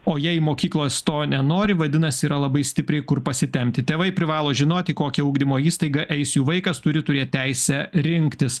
o jei mokyklos to nenori vadinasi yra labai stipriai kur pasitempti tėvai privalo žinoti kokią ugdymo įstaigą eis jų vaikas turi turėti teisę rinktis